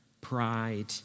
pride